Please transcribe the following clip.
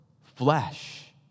flesh